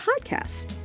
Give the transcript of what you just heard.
podcast